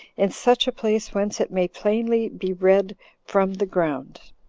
in such a place whence it may plainly be read from the ground.